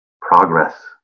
Progress